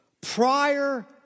prior